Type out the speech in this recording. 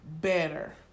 better